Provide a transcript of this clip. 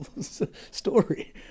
story